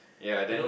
yea then